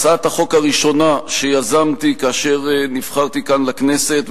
הצעת החוק הראשונה שיזמתי כאשר נבחרתי כאן לכנסת,